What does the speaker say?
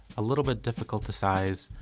a little bit difficult to size,